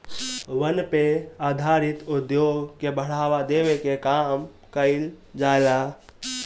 वन पे आधारित उद्योग के बढ़ावा देवे के काम कईल जाला